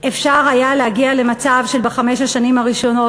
אפשר היה להגיע למצב שבחמש השנים הראשונות